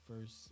First